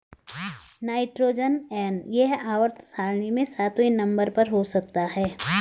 nitrogen N यह आवर्त सारणी में सातवें नंबर पर हो सकता है